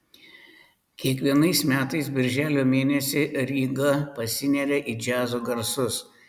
kiekvienais metais birželio mėnesį ryga pasineria į džiazo garsus